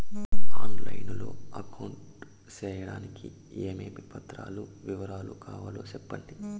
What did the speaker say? On line లో account సేయడానికి ఏమేమి పత్రాల వివరాలు కావాలో సెప్పండి?